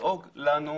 לדאוג לנו,